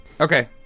okay